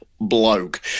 bloke